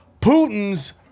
Putin's